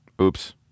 Oops